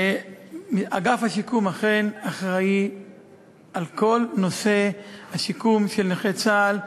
אגף השיקום אכן אחראי לכל נושא השיקום של נכי צה"ל.